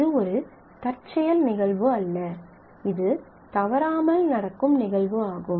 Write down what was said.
இது ஒரு தற்செயல் நிகழ்வு அல்ல இது தவறாமல் நடக்கும் நிகழ்வு ஆகும்